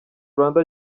rwanda